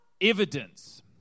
Evidence